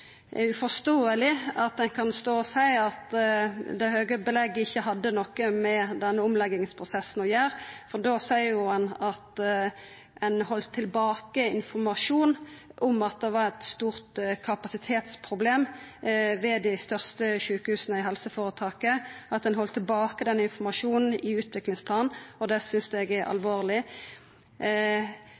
er uforståeleg at ein kan stå og seia at det høge belegget ikkje hadde noko med denne omleggingsprosessen å gjera, for da seier ein jo at ein har halde tilbake informasjon om at det var eit stort kapasitetsproblem ved dei største sjukehusa i helseføretaket. At ein har halde tilbake den informasjonen i utviklingsplanen, synest eg er alvorleg.